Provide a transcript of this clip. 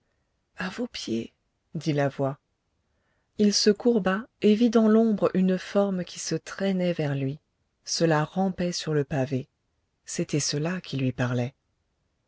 à vos pieds dit la voix il se courba et vit dans l'ombre une forme qui se traînait vers lui cela rampait sur le pavé c'était cela qui lui parlait